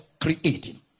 creating